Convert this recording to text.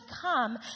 come